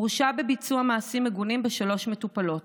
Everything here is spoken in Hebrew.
הורשע בביצוע מעשים מגונים בשלוש מטופלות.